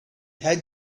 had